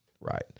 right